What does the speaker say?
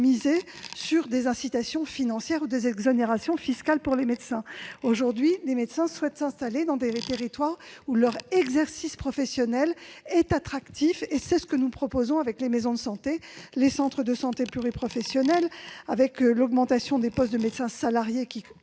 miser sur des incitations financières ou des exonérations fiscales pour les médecins. Aujourd'hui, les médecins souhaitent s'installer dans des territoires où leur exercice professionnel est attractif. C'est ce que nous faisons avec les maisons de santé, les centres de santé pluriprofessionnels, l'augmentation des postes de médecins salariés-